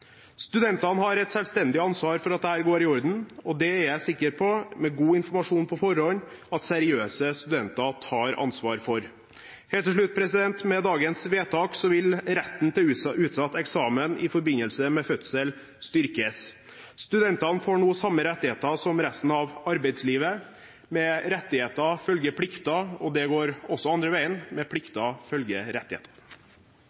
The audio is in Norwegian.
Studentene har et selvstendig ansvar for at dette går i orden, og det er jeg sikker på at seriøse studenter, med god informasjon på forhånd, tar ansvar for. Helt til slutt: Med dagens vedtak vil retten til utsatt eksamen i forbindelse med fødsel styrkes. Studentene får nå samme rettigheter som i resten av arbeidslivet. Med rettigheter følger plikter, og det går også den andre veien – med plikter